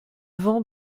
vent